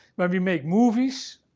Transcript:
when we make movies.